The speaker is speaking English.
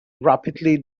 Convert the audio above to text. rapidly